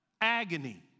Agony